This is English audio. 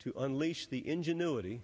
to unleash the ingenuity